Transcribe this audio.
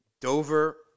Dover